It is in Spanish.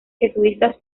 jesuitas